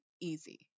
easy